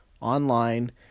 online